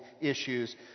issues